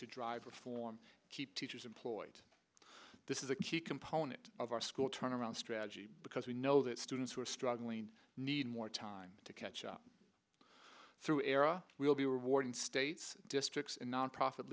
to drive reform keep teachers employed this is a key component of our school turnaround strategy because we know that students who are struggling need more time to catch up through era we will be rewarding states districts and nonprofit